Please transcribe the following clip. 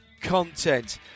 content